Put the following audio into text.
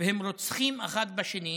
והם רוצחים אחד את השני.